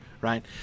Right